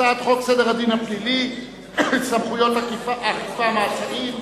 הצעת חוק סדר הדין הפלילי (סמכויות אכיפה, מעצרים)